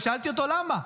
ושאלתי אותו למה?